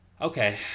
Okay